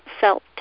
felt